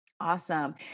Awesome